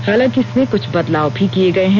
हालांकि इसमें कृछ बदलाव भी किए गए हैं